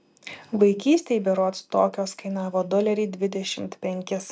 vaikystėj berods tokios kainavo dolerį dvidešimt penkis